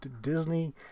Disney